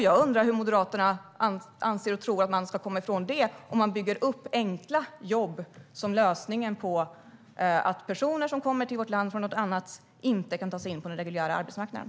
Jag undrar hur Moderaterna tror att man ska komma ifrån detta om man bygger upp enkla jobb som lösningen på att personer som kommer från andra länder inte kan ta sig in på den reguljära arbetsmarknaden.